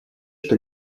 что